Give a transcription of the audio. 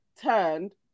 turned